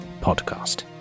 Podcast